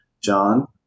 John